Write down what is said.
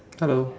hello